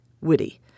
witty